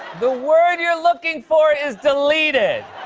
the word you're looking for is deleted.